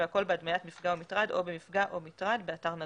והכל בהדמיית מפגע או מטרד או במפגע או מטרד באתר נגוע.